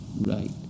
Right